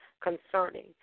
concerning